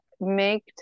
make